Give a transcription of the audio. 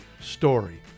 story